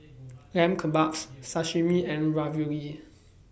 Lamb Kebabs Sashimi and Ravioli